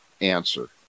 answer